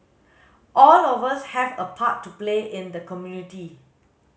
all of us have a part to play in the community